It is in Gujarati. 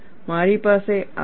મારી પાસે આ હશે